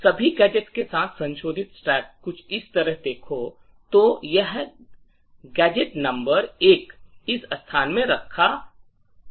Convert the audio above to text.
सभी गैजेट्स के साथ संशोधित स्टैक कुछ इस तरह देखो तो यह गैजेट नंबर 1 इस स्थान में रखा से शुरू होता है